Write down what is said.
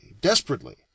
desperately